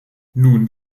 nun